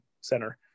Center